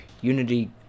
Unity